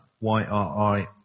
Y-R-I